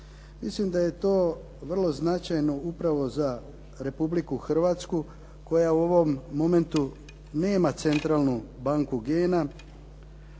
Mislim da je to vrlo značajno upravo za Republiku Hrvatsku koja u ovom momentu nema centralnu banku